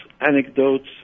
anecdotes